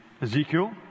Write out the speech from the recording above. Ezekiel